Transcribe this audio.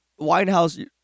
Winehouse